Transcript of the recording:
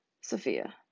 Sophia